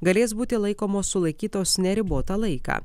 galės būti laikomos sulaikytos neribotą laiką